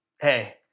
hey